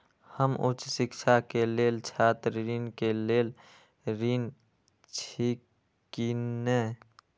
हम उच्च शिक्षा के लेल छात्र ऋण के लेल ऋण छी की ने?